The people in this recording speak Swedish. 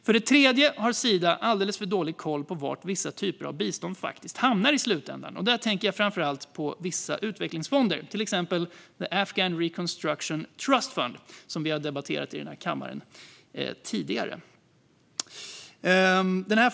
För det tredje har Sida alldeles för dålig koll på var vissa typer av bistånd faktiskt hamnar i slutändan, och här tänker jag framför allt på vissa utvecklingsfonder, till exempel Afghanistan Reconstruction Trust Fund, som vi har debatterat i denna kammare tidigare.